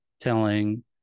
telling